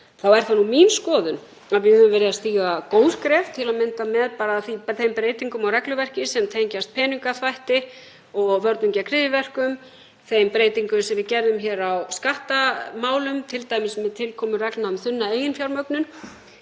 þá er það mín skoðun að við höfum verið að stíga góð skref, til að mynda með þeim breytingum á regluverki sem tengist peningaþvætti og vörnum gegn hryðjuverkum, þeim breytingum sem við gerðum hér á skattamálum, t.d. með tilkomu reglna um þunna eiginfjármögnun.